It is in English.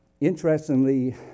Interestingly